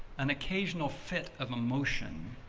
an occasional fit of emotion.